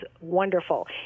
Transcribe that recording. wonderful